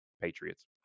Patriots